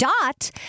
Dot